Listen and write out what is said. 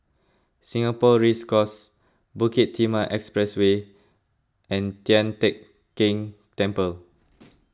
Singapore Race Course Bukit Timah Expressway and Tian Teck Keng Temple